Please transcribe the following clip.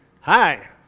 Hi